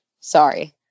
Sorry